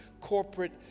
corporate